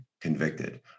convicted